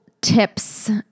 tips